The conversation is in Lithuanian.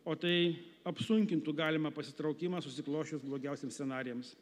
o tai apsunkintų galimą pasitraukimą susiklosčius blogiausiems scenarijams